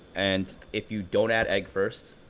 and if you don't add egg first,